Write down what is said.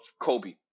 Kobe